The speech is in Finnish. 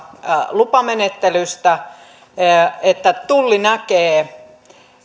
lupamenettelystä tulli näkee